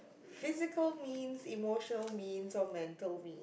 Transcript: physical means emotional means or mental mean